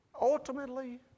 ultimately